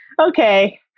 okay